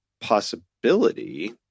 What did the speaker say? possibility